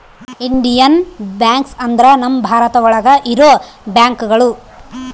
Indian banks ಅಂದ್ರ ನಮ್ ಭಾರತ ಒಳಗ ಇರೋ ಬ್ಯಾಂಕ್ಗಳು